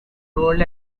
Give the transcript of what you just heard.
old